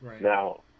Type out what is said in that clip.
Now